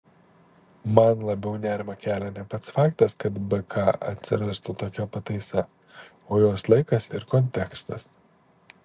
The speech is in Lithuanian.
man labiau nerimą kelia ne pats faktas kad bk atsirastų tokia pataisa o jos laikas ir kontekstas